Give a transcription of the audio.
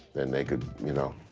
then they could, you know,